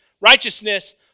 righteousness